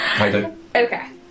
Okay